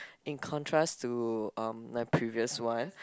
in contrast to uh my previous one